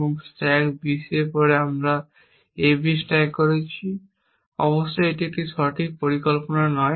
এবং stack BC এর পরে আমরা AB স্ট্যাক করেছি অবশ্যই এটি সঠিক পরিকল্পনায় নয়